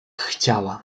chciałam